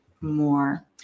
more